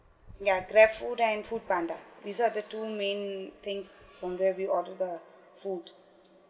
yeah GrabFood and foodpanda these are the two main things from there we order food